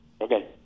Okay